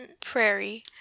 prairie